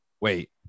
wait